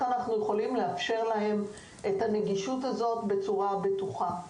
אנחנו יכולים לאפשר להם אותה בצורה בטוחה.